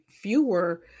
fewer